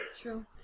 True